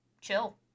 chill